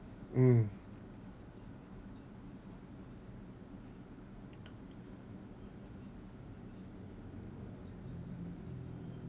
mm